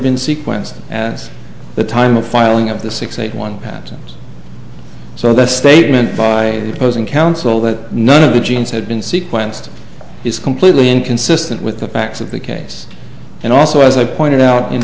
sequenced as the time of filing of the six eight one patent so that statement by opposing counsel that none of the genes had been sequenced is completely inconsistent with the facts of the case and also as i pointed out in